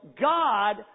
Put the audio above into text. God